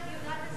אז תספרי,